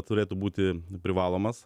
turėtų būti privalomas